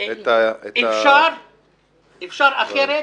אפשר אחרת,